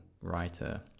writer